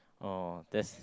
uh that's